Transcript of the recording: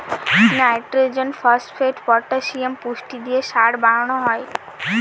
nitrogen, phosphate, potassium পুষ্টি দিয়ে সার বানানো হয়